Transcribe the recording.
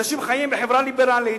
אנשים חיים בחברה ליברלית,